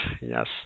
yes